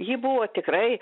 ji buvo tikrai